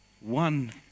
one